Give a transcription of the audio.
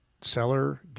Seller